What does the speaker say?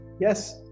yes